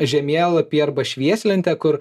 žemėlapį arba švieslentę kur